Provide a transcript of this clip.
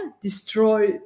destroy